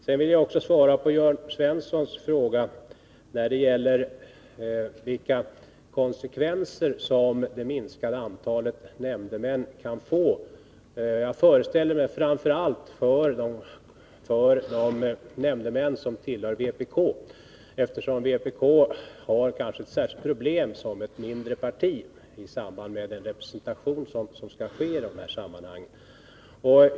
Sedan vill jag svara på Jörn Svenssons fråga om vilka konsekvenser som det minskade antalet nämndemän kan få, framför allt för de nämndemän som tillhör vpk. Vpk som ett mindre parti kanske har ett särskilt problem när det gäller representation i de här sammanhangen.